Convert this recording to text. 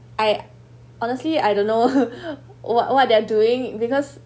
I honestly I don't know what what they're doing because